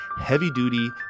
heavy-duty